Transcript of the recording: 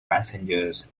passengers